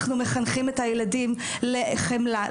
אנחנו מחנכים את הילדים לחמלה,